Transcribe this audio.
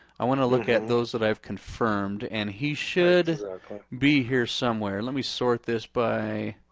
i want to look at those that i've confirmed. and he should be here somewhere. let me sort this by,